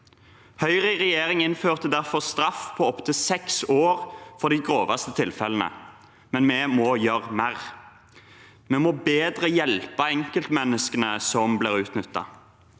Høyre i regjering innførte derfor straff på opptil seks år for de groveste tilfellene, men vi må gjøre mer. Vi må bedre hjelpe enkeltmenneskene som blir utnyttet.